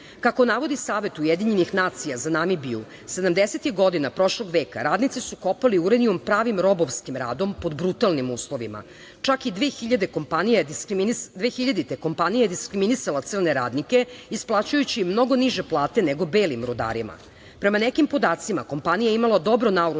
Kako navodi Savet Ujedinjenih nacija za Namibiju, 70-tih godina prošlog veka radnici su kopali uranijum pravim robovskim radom, pod brutalnim uslovima. Čak i 2000. godine kompanija je diskriminisala crne radnika isplaćujući im mnogo niže plate nego belim rudarima. Prema nekim podacima, kompanija je imala dobro naoružanu